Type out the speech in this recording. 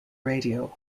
radio